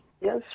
Yes